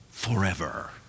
forever